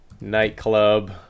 nightclub